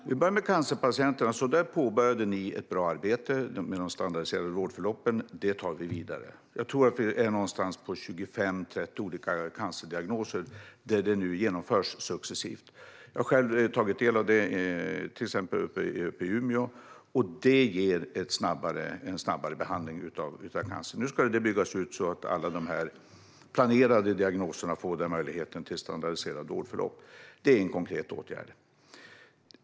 Fru talman! Låt mig börja med cancerpatienterna. Där påbörjade ni ett bra arbete med de standardiserade vårdförloppen. Det tar vi vidare. Jag tror att det är för 25-30 olika cancerdiagnoser som detta arbete nu genomförs successivt. Jag har själv tagit del av arbetet i till exempel Umeå, och det ger en snabbare behandling av cancer. Nu ska arbetet byggas ut så att alla de diagnoser som finns med i planerna får möjlighet till standardiserade vårdförlopp. Det är en konkret åtgärd.